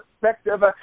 perspective